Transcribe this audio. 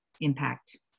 impact